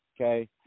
Okay